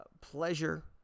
pleasure